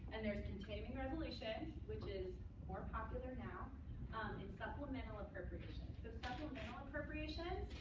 and there's continuing resolution, which is more popular now. um and supplemental appropriations. so supplemental appropriations